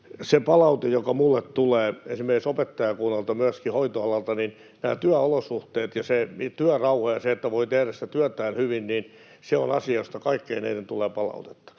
palautteessa, jota minulle tulee esimerkiksi opettajakunnalta ja myöskin hoitoalalta, työolosuhteet ja työrauha ja se, että voi tehdä sitä työtään hyvin, ovat asia, josta kaikkein eniten tulee palautetta.